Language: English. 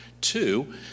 two